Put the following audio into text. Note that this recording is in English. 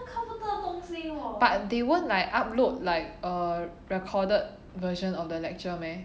but they won't like upload like a recorded version of the lecture meh